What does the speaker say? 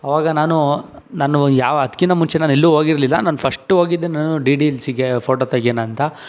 ಆವಾಗ ನಾನು ನನ್ನವು ಯಾವೂ ಅದಕ್ಕಿಂತ ಮುಂಚೆ ನಾನು ಎಲ್ಲೂ ಹೋಗಿರ್ಲಿಲ್ಲ ನಾನು ಫಸ್ಟ್ ಹೋಗಿದ್ದೆ ನಾನು ಡಿ ಡಿ ಹಿಲ್ಸಿಗೆ ಫೋಟೋ ತೆಗಿಯೋಣ ಅಂತ